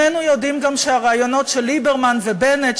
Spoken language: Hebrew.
שנינו יודעים גם שהרעיונות של ליברמן ובנט,